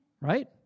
right